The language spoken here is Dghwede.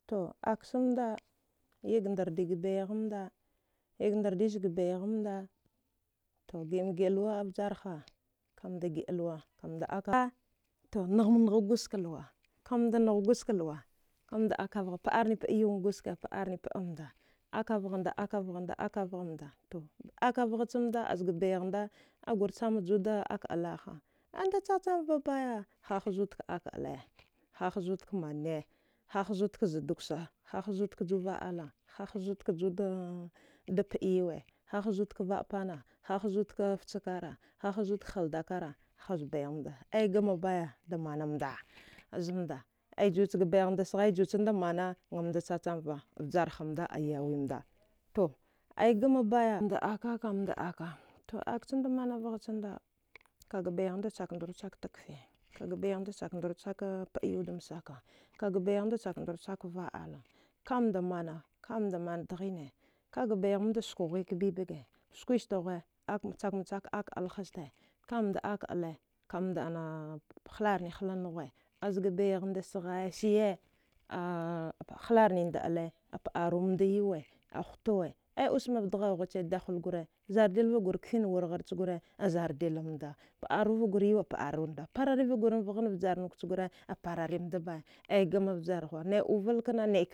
To akchamda yagdardiga baighamda, yagndardi chga baighamda to giəmagiəa luwa avjarha kamda giəalwa kamda əaka to naghma ngha kuska luwa kamda naghguska luwa kamda akavgha pəarni pəa yauwan guske pəarni pəanmda akavghanda akavghanda to akavghaa chamda azga baighamda agurchama juda ak. ala ha amdachachamva baya hahazudka ak ala hahazudka manne hahazudka zadukwsa hahazudkju vaə ala hahazudka duda dapaəyawa hahzuka vaəpana hahazudka fchakara hahzudka haldakara hazbaighamda aigama baya damanamda zamda ajuchga baighamda sghaya juchamda mana ngamda chachamva vjarhamda ayawimda to aigamabaya mda aka kamda aka to akchamda manavgha chamda kagabaighamda chakndruchak dagkfe kaga baiyamda chakndruchak paəyaudam saka kaga baighamda chamdruchak va. ala kamda mana kamda mandghine kaga baighamda skwaghwik baibaga skwista ghuwe chakma chak ak. ala hasta kamda ak ala kamda ana hlarni hlanghuwe azga baighamda sghaisiye a hlarnimda ala pəarumda yawa hutuwe ai usma dghaughuche dahuil gura zardilva gur sfin wurghar chgura azardillamda pəaruvagur yawa pəarunda parariva gur vghan vjarnut chgura apararimda baya aya gama vjarghuwa nai uval kna naik